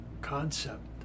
concept